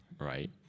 Right